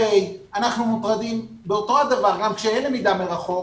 גם כשאין למידה מרחוק,